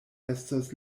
estos